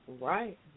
Right